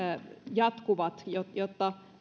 jatkuvat jotta jotta